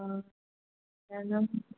औ